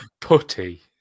putty